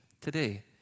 today